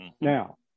Now